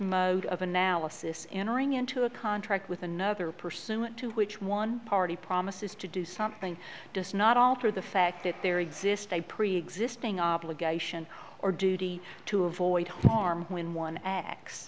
mode of analysis entering into a contract with another pursuant to which one party promises to do something does not alter the fact that there exists a preexisting obligation or duty to avoid harm when one acts